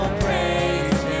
praise